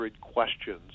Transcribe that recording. questions